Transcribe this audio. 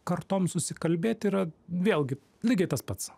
kartoms susikalbėt yra vėlgi lygiai tas pats